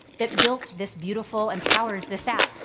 that built this beautiful and powers this out.